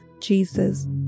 Jesus